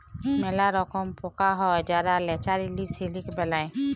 ম্যালা রকম পকা হ্যয় যারা ল্যাচারেলি সিলিক বেলায়